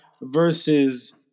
versus